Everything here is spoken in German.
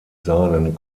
seinen